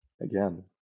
Again